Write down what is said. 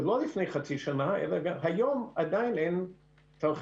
ולא לפני חצי שנה, אלא היום עדיין אין תרחישים.